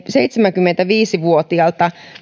seitsemänkymmentäviisi vuotiaalta